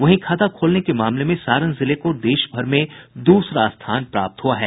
वहीं खाता खोलने के मामले में सारण जिले को देशभर में दूसरा स्थान प्राप्त हुआ है